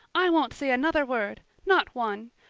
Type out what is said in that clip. i won't say another word not one.